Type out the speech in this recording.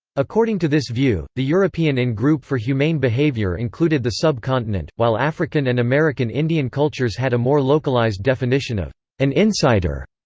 according to this view, the european in-group for humane behavior included the sub-continent, while african and american indian cultures had a more localized definition of an insider.